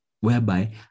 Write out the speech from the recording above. whereby